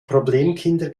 problemkinder